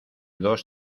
dos